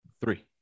three